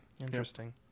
Interesting